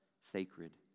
sacred